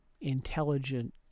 intelligent